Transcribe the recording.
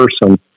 person